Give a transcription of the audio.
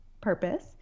purpose